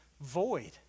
void